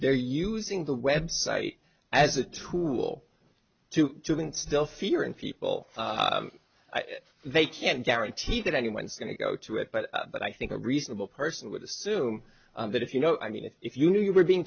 they're using the web site as a tool to still fear in people they can't guarantee that anyone's going to go to it but but i think a reasonable person would assume that if you know i mean if you knew you were being